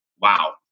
wow